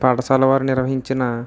పాఠశాల వారు నిర్వహించిన